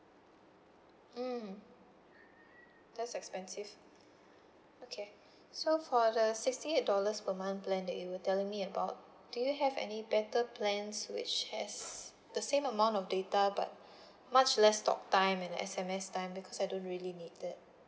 mm that's expensive okay so for the sixty eight dollars per month plan that you were telling me about do you have any better plans which has the same amount of data but much less talk time and the S_M_S time because I don't really need it